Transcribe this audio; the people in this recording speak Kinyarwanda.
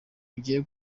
ugiye